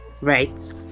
right